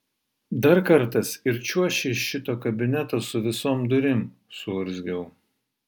dar kartas ir čiuoši iš šito kabineto su visom durim suurzgiau